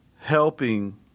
helping